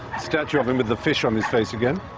statue of him with the fish on his face again.